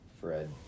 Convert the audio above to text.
Fred